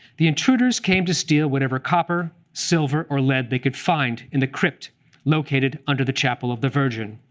the intruders came to steal whatever copper, silver, or lead they could find in the crypt located under the chapel of the virgin.